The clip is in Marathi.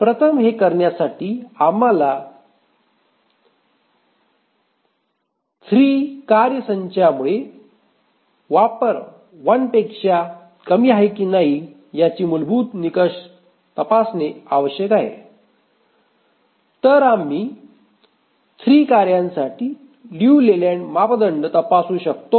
प्रथम हे करण्यासाठी आम्हाला 3 कार्य संचामुळे वापर 1 पेक्षा कमी आहे की नाही याची मूलभूत निकष तपासणे आवश्यक आहे तर आम्ही 3 कार्यांसाठी लियू लेलँड मापदंड तपासू शकतो